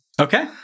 Okay